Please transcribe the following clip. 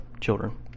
children